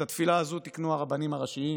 את התפילה הזו תיקנו הרבנים הראשיים,